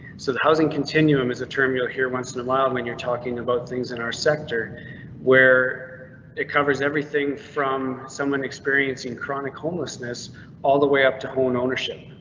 so the housing continuum is a terminal here, once in awhile when you're talking about things in our sector where it covers everything from someone experiencing chronic homelessness all the way up to home ownership,